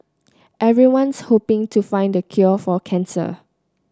everyone's hoping to find the cure for cancer